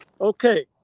Okay